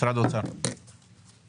משרד האוצר, בבקשה.